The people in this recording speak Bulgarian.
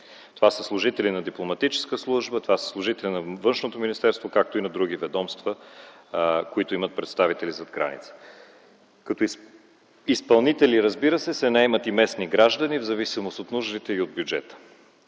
Това са служители на дипломатическа служба, служители на Външното министерство, както и на други ведомства, които имат представители зад граница. Като изпълнители, разбира се, се наемат и местни граждани в зависимост от нуждите и от бюджета.